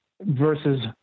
versus